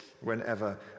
whenever